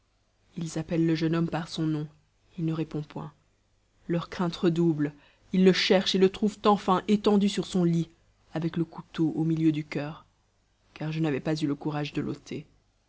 ils appellent le jeune homme par son nom il ne répond point leur crainte redouble ils le cherchent et le retrouvent enfin étendu sur son lit avec le couteau au milieu du coeur car je n'avais pas eu le courage de l'ôter